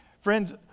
Friends